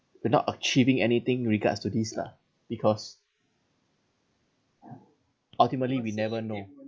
but not achieving anything regards to this lah because ultimately we never know